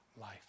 life